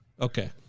Okay